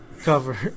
cover